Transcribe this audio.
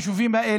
אתה,